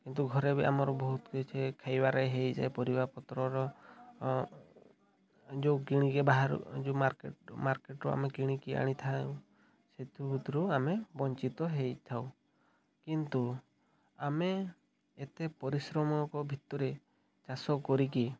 କିନ୍ତୁ ଘରେ ବି ଆମର ବହୁତ କିଛି ଖାଇବାରେ ହେଇଯାଏ ପରିବାପତ୍ରର ଯେଉଁ କିଣିକି ବାହାରୁ ଯେଉଁ ମାର୍କେଟରୁ ଆମେ କିଣିକି ଆଣିଥାଉ ସେଥି ଭିତରୁ ଆମେ ବଞ୍ଚିତ ହେଇଥାଉ କିନ୍ତୁ ଆମେ ଏତେ ପାରିଶ୍ରମିକ ଭିତରେ ଚାଷ କରିକି